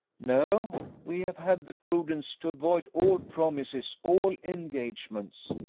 no. we have had the prudence to avoid all promises, all engagements.